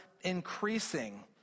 increasing